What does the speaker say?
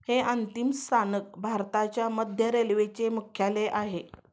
हे अंतिम स्थानक भारताच्या मध्य रेल्वेचे मुख्यालय आहे